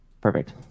Perfect